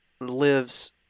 lives